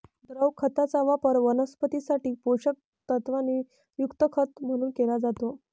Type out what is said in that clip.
द्रव खताचा वापर वनस्पतीं साठी पोषक तत्वांनी युक्त खत म्हणून केला जातो